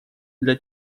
для